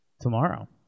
tomorrow